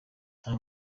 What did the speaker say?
nta